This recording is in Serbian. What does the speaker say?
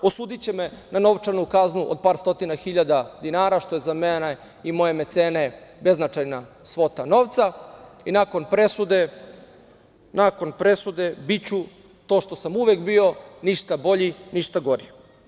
Osudiće me na novčanu kaznu od par stotina hiljada dinara, što je za mene i moje mecene beznačajna svota novca i nakon presude biću to što sam uvek bio, ništa bolji, ništa gori.